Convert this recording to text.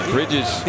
Bridges